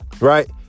right